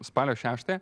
spalio šeštąją